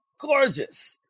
Gorgeous